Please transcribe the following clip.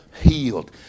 healed